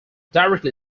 directly